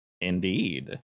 Indeed